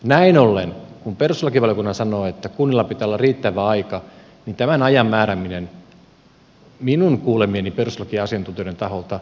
näin ollen kun perustuslakivaliokunta sanoo että kunnilla pitää olla riittävä aika niin tämän ajan määrääminen minun kuulemieni perustuslakiasiantuntijoiden taholta kuuluisi subs tanssivaliokunnalle